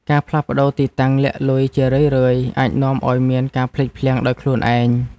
ការផ្លាស់ប្តូរទីតាំងលាក់លុយជារឿយៗ អាចនាំឱ្យមានការភ្លេចភ្លាំងដោយខ្លួនឯង។